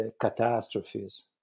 catastrophes